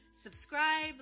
subscribe